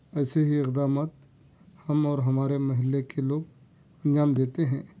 ایسے ہی اقدامات ہم اور ہمارے محلے کے لوگ انجام دیتے ہیں